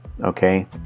Okay